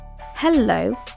hello